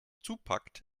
zupackt